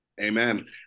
Amen